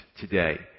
today